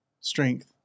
strength